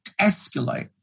escalate